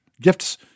gifts